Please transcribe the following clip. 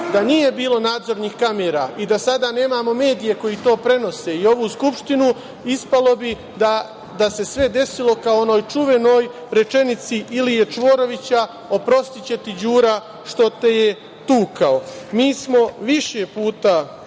Da nije bilo nadzornih kamera i da sada nemamo medije koji to prenose i ovu Skupštinu, ispalo bi da se sve desilo kao u onoj čuvenoj rečenici Ilije Čvorovića – oprostiće ti Đura što te je tukao. Mi smo više puta